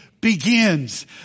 begins